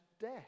death